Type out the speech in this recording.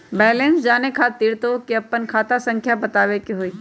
Balance जाने खातिर तोह के आपन खाता संख्या बतावे के होइ?